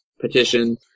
petition